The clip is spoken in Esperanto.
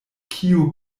kio